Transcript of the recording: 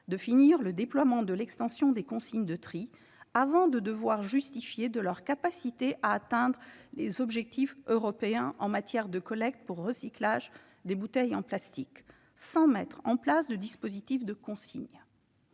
d'achever le déploiement de l'extension des consignes de tri avant de devoir justifier de leur capacité à atteindre les objectifs européens en matière de collecte pour recyclage des bouteilles en plastique sans mettre en place de dispositif de consigne.